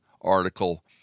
article